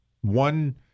one